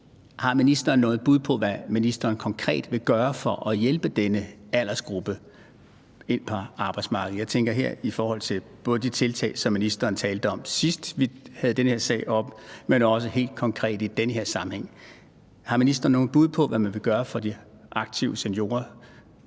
Har ministeren noget bud på, hvad ministeren konkret vil gøre for at hjælpe denne aldersgruppe ind på arbejdsmarkedet? Jeg tænker her både på de tiltag, som ministeren talte om, sidst vi havde den her sag oppe, men også helt konkret i den her sammenhæng. Har ministeren noget bud på, hvad man vil gøre for de aktive seniorer?